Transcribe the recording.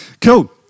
Cool